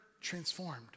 transformed